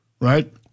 Right